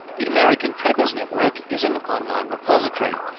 the american preppers network is an online repository,